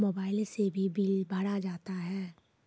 Mobile से भी bill भरा जाता हैं?